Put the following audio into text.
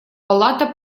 палата